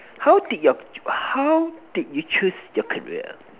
how did your how did you choose your career